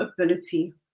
ability